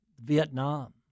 Vietnam